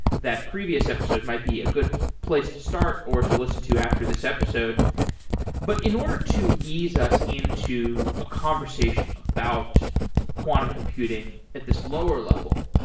that previous episode might be a good place to start or to listen to after this episode but in order to ease us into a conversation conversation about quantum computing at this lower level.